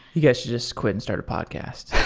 you guys should just quit and start a podcast.